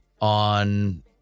on